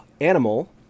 animal